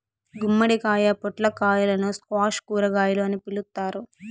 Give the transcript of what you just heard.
గుమ్మడికాయ, పొట్లకాయలను స్క్వాష్ కూరగాయలు అని పిలుత్తారు